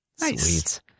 Nice